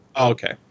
Okay